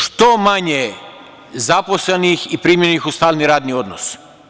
Što manje zaposlenih i primljenih u stalni radni odnos.